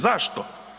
Zašto?